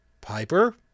Piper